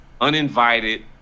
uninvited